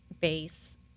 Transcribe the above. base